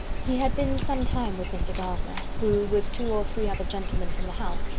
he had been some time with mr. gardiner, who, with two or three other gentlemen from the house,